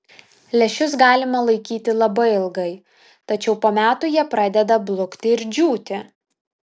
lęšius galima laikyti labai ilgai tačiau po metų jie pradeda blukti ir džiūti